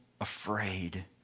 afraid